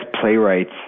playwrights